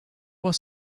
was